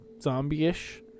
zombie-ish